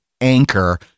anchor